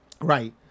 Right